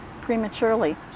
prematurely